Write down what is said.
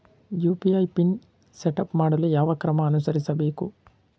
UPI PIN setup ಮಾಡಲು ಯಾವ ಕ್ರಮ ಅನುಸರಿಸಬೇಕು?